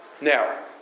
Now